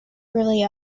really